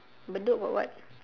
bedok got what